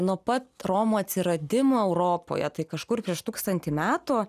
nuo pat romų atsiradimo europoje tai kažkur prieš tūkstantį metų